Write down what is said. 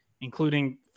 including